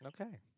Okay